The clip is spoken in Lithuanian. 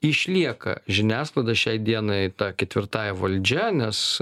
išlieka žiniasklaida šiai dienai ta ketvirtąja valdžia nes